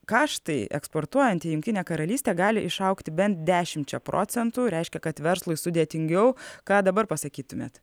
kaštai eksportuojant į jungtinę karalystę gali išaugti bent dešimčia procentų reiškia kad verslui sudėtingiau ką dabar pasakytumėt